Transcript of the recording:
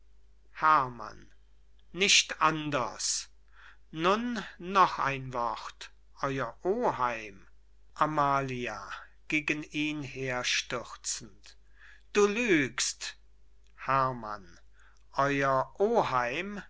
herrmann nicht anders nun noch ein wort euer oheim amalia gegen ihn herstürzend du lügst herrmann euer